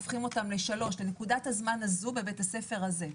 הופכים אותן לשלוש בנקודת הזמן הזו בבית הספר הזה,